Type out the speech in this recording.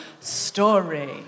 story